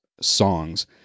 songs